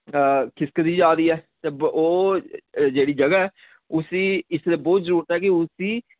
खिसकदी जा दी ऐ ते ओह् जेह्ड़ी जगह ऐ उस्सी इसलै बोह्त जरूरत ऐ कि उसदी